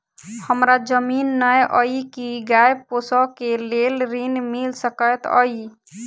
हमरा जमीन नै अई की गाय पोसअ केँ लेल ऋण मिल सकैत अई?